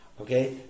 Okay